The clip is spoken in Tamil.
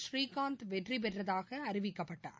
ஸ்ரீகாந்த் வெற்றிபெற்றதாக அறிவிக்கப்பட்டார்